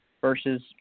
versus